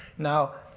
now.